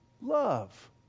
love